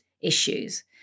issues